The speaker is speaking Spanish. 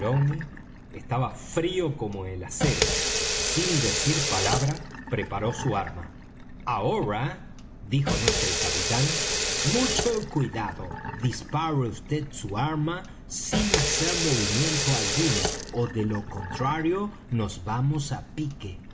estaba frío como el acero sin decir palabra preparó su arma ahora díjonos el capitán mucho cuidado dispare vd su arma sin hacer movimiento alguno ó de lo contrario nos vamos á pique